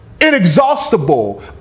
Inexhaustible